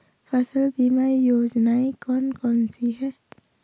फसल बीमा योजनाएँ कौन कौनसी हैं?